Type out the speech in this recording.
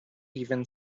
even